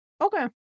Okay